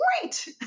great